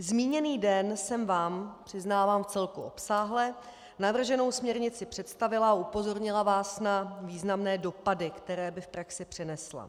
Zmíněný den jsem vám, přiznávám vcelku obsáhle, navrženou směrnici představila a upozornila vás na významné dopady, které by v praxi přinesla.